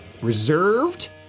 reserved